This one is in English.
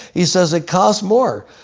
he says, it costs more.